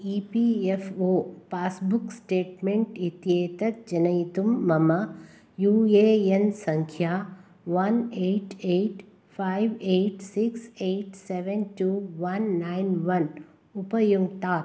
E P F O passbook statement इत्येतत् जनयितुं मम यु ये एन् सङ्ख्या one eight eight five eight six eight seven two one nine one उपयुङ्ग्तात्